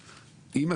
כולל מס הבלו.